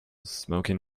smoking